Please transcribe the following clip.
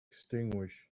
extinguished